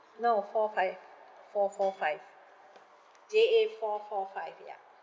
no four five four four five J A four four five ya